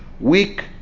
weak